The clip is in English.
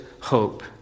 hope